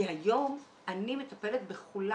כי היום אני מטפלת בכולם.